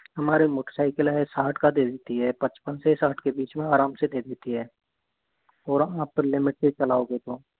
हमारी मोटरसाइकिल है साठ का दे देती है पचपन से साठ के बीच में आराम से दे देती है और हाँ अगर लिमिट में ही चलाओगे तो